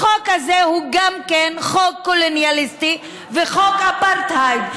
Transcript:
גם החוק הזה הוא חוק קולוניאליסטי וחוק אפרטהייד,